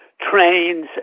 trains